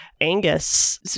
Angus